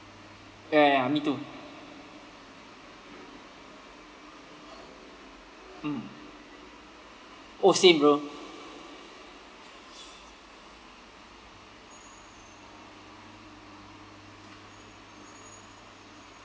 ya ya me too mm oh same bro